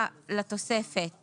לתוספת